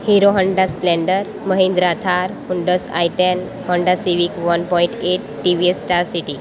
hero Honda Splendor Mahindra Thar Hyundai i ten Honda Civic one point eight TVS Star city